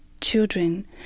children